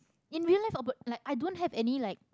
in real life oh but like I don't have any like